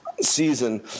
season